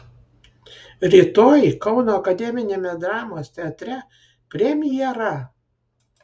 rytoj kauno akademiniame dramos teatre premjera